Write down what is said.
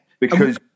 Because-